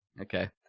Okay